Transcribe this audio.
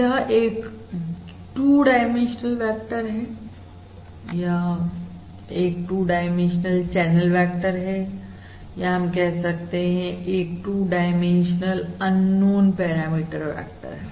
यह एक 2 dimensional vector है या एक 2 डाइमेंशनल चैनल वेक्टर है या एक 2 डाइमेंशनल अननोन पैरामीटर वेक्टर है